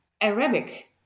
Arabic